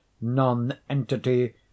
non-entity